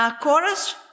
chorus